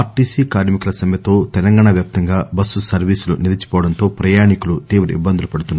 RTC కార్మికుల సమ్మెతో తెలంగాణావ్యాప్తంగా బస్సు సర్వీసులు నిలిచిపోవడంతో ప్రయాణికులు తీవ్ర ఇబ్బందులు పడుతున్నారు